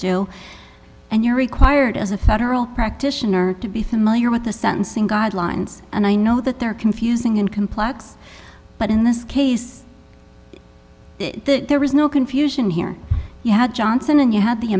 still and you're required as a federal practitioner to be familiar with the sentencing guidelines and i know that they're confusing and complex but in this case there was no confusion here you had johnson and you had the